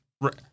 Right